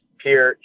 peer